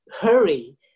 hurry